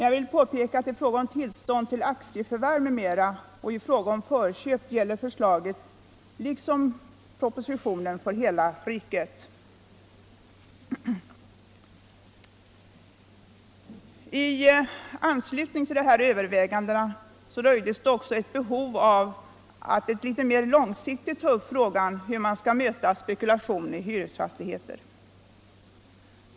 Jag vill påpeka att i fråga om tillstånd till aktieförvärv m.m. och i fråga om förköp gäller förslaget — liksom är fallet med propositionen — hela riket. I anslutning till de här övervägandena röjdes också ett behov av att litet mer långsiktigt ta upp frågan hur man skall möta spekulation i hyresfastigheter.